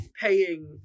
paying